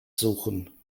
suchen